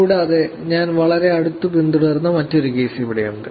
കൂടാതെ ഞാൻ വളരെ അടുത്തു പിന്തുടർന്ന മറ്റൊരു കേസ് ഇവിടെയുണ്ട്